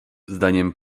zdaniem